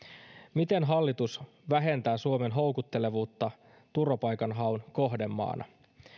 miten hallitus vähentää suomen houkuttelevuutta turvapaikanhaun kohdemaana